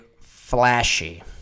Flashy